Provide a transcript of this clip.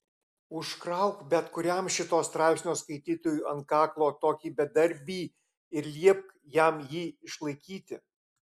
užkrauk bet kuriam šito straipsnio skaitytojui ant kaklo tokį bedarbį ir liepk jam jį išlaikyti